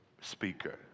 speaker